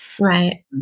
Right